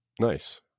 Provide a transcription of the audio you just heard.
Nice